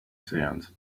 sands